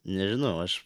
nežinau aš